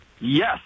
Yes